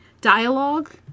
dialogue